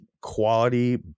quality